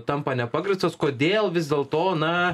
tampa nepagrįstos kodėl vis dėl to na